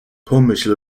pomyśl